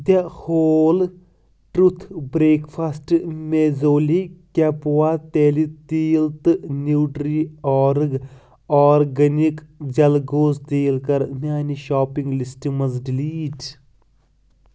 the Whole Truth breakfast muesli کٮ۪پوا تیلہِ تیٖل تہٕ نیٛوٗٹرٛی آرٕگ آرگٕنِک جَلگوزٕ تیٖل کَر میٛانہِ شاپِنگ لِسٹ منٛز ڈلیٖٹ